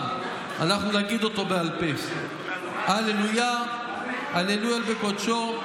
אנחנו נגיד אותו בעל פה: "הללו יה הללו אל בקדשו,